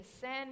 send